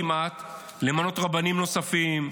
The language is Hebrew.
למנות רבנים נוספים,